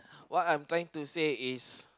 what I'm trying to say is